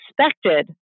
expected